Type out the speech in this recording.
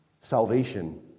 Salvation